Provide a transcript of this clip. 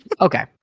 Okay